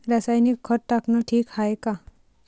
रासायनिक खत टाकनं ठीक हाये का?